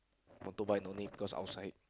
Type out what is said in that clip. motorbike no need cause outside